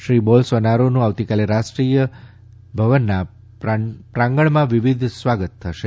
શ્રી બોલસોનારોનું આવતીકાલે રાષ્ટ્રીય ભવનના પ્રાંગણમાં વિધિવત સ્વાગત થશે